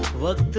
what